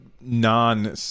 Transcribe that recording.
non